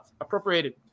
appropriated